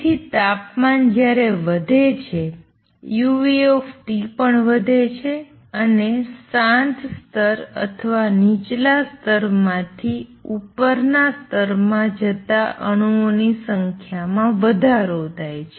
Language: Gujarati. તેથી જ્યારે તાપમાન વધે છે u પણ વધે છે અને શાંત સ્તર અથવા નીચલા સ્તર માથી ઉપરના સ્તરમાં જતા અણુઓની સંખ્યામાં વધારો થાય છે